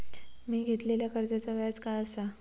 मी घेतलाल्या कर्जाचा व्याज काय आसा?